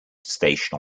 station